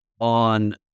on